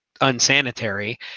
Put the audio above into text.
unsanitary